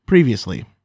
Previously